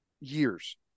years